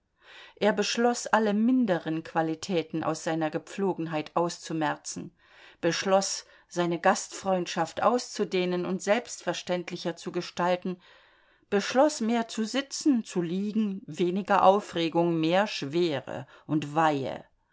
er beschloß alle minderen qualitäten aus seiner gepflogenheit auszumerzen beschloß seine gastfreundschaft auszudehnen und selbstverständlicher zu gestalten beschloß mehr zu sitzen zu liegen weniger aufregung mehr schwere und weihe